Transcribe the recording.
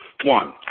one,